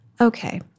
okay